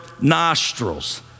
nostrils